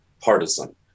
partisan